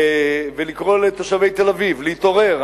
ולקרוא לתושבי תל-אביב להתעורר,